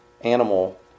animal